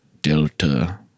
Delta